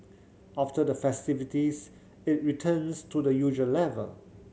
after the festivities it returns to the usual level